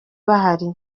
bahari